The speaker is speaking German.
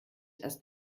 erst